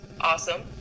awesome